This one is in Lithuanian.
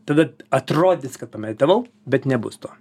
tada atrodys kad pameditavau bet nebus to